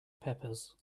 peppers